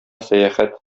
сәяхәт